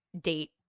date